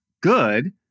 good